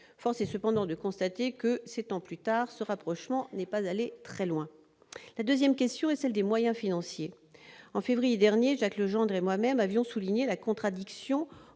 Force est cependant de constater que, sept ans plus tard, ce rapprochement n'est pas allé très loin. La seconde question posée par le débat est celle des moyens financiers. En février dernier, Jacques Legendre et moi-même avions souligné la contradiction,